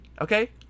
okay